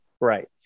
Right